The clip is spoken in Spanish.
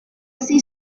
así